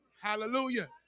Hallelujah